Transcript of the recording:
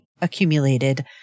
accumulated